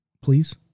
Please